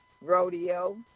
rodeo